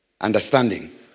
understanding